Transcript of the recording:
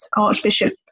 Archbishop